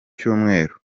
cyumweru